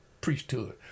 priesthood